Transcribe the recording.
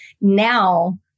now